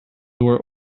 were